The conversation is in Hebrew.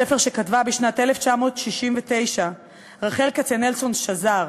ספר שכתבה בשנת 1969 רחל כצנלסון-שזר,